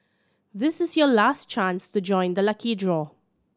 this is your last chance to join the lucky draw